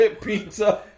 pizza